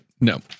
no